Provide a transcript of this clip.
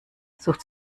sucht